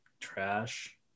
trash